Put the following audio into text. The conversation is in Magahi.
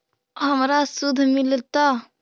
हमरा शुद्ध मिलता?